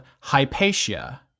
Hypatia